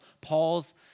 Paul's